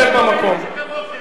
יש דמוקרטיה.